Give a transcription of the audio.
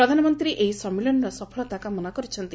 ପ୍ରଧାନମନ୍ତ୍ରୀ ଏହି ସମ୍ମିଳନୀର ସଫଳତା କାମନା କରିଛନ୍ତି